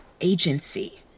Agency